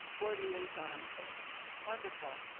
board liaisons are wonderful.